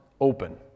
open